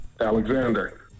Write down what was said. Alexander